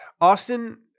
Austin